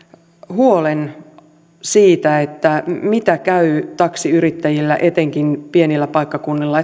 huolen siitä mitä käy taksiyrittäjille etenkin pienillä paikkakunnilla